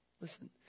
Listen